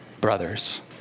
brothers